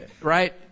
Right